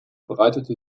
bereitete